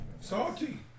Salty